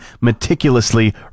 meticulously